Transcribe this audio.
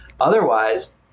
Otherwise